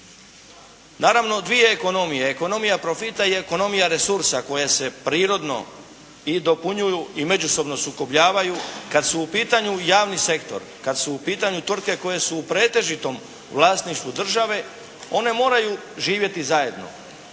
Naravno dvije ekonomije, ekonomija profita i ekonomija resursa, koje se prirodno i dopunjuju i međusobno sukobljavaju. Kada su u pitanju javni sektor, kad su u pitanju tvrtke koje su u pretežitom vlasništvu države one moraju živjeti zajedno.